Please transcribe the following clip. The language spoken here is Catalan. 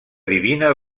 divina